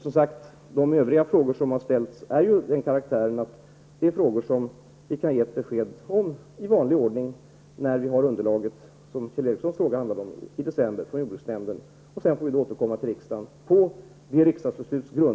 Som sagt: De övriga frågor som har ställts är av den karaktären att besked kan ges i vanlig ordning när underlaget från jordbruksnämnden är klart i december, då vi återkommer till riksdagen.